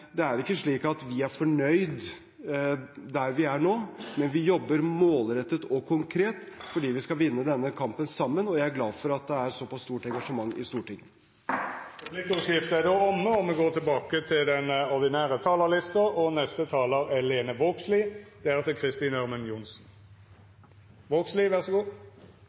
det er ikke slik at vi er fornøyd der vi er nå, men vi jobber målrettet og konkret, for vi skal vinne denne kampen sammen, og jeg er glad for at det er så pass stort engasjement i Stortinget. Replikkordskiftet er då omme. Takk til saksordføraren for ein god jobb. Det har vore ein krevjande jobb i komiteen, for det har vore mange veldig gode forslag. Eg er